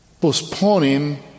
postponing